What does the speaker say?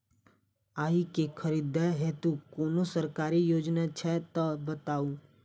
आइ केँ खरीदै हेतु कोनो सरकारी योजना छै तऽ बताउ?